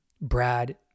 brad